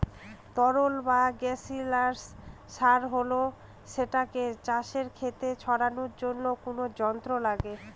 তরল বা গাসিয়াস সার হলে সেটাকে চাষের খেতে ছড়ানোর জন্য কোনো যন্ত্র লাগে